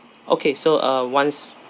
okay so uh once